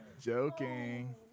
Joking